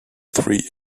three